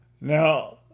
Now